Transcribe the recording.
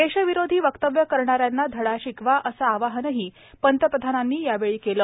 देशविरोधी वक्तव्य करणाऱ्यांना धडा शिकवा असं आवाहनही पंतप्रधानांनी यावेळी केलं